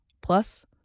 Plus